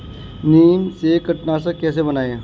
नीम से कीटनाशक कैसे बनाएं?